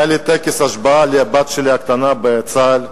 היה טקס השבעה לבת הקטנה שלי בצה"ל,